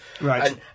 Right